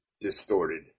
distorted